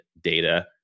data